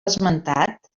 esmentat